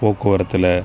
போக்குவரத்தில்